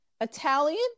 Italian